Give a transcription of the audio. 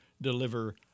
deliver